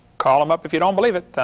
call him up if you don't believe it.